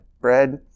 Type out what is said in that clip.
bread